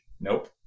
Nope